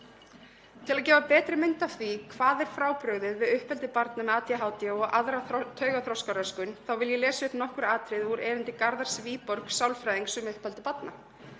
Til að gefa betri mynd af því hvað er frábrugðið við uppeldi barna með ADHD og aðra taugaþroskaröskun þá vil ég lesa upp nokkur atriði úr erindi Garðars Viborgs sálfræðings um uppeldi barna.